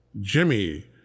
Jimmy